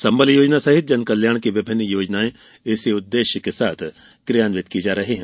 संबल योजना सहित जन कल्याण की विभिन्न योजनाएँ इसी उद्देश्य के साथ क्रियान्वित की जा रही हैं